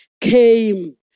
came